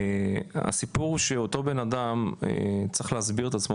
הסיפור שאותו בנאדם צריך להסביר את עצמו,